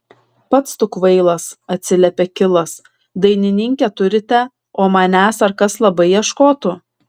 pats tu kvailas atsiliepė kilas dainininkę turite o manęs ar kas labai ieškotų